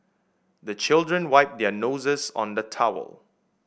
the children wipe their noses on the towel